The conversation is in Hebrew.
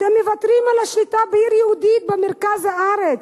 אתם מוותרים על השליטה בעיר יהודית במרכז הארץ,